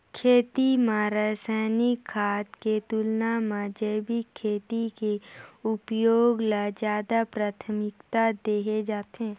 खेती म रसायनिक खाद के तुलना म जैविक खेती के उपयोग ल ज्यादा प्राथमिकता देहे जाथे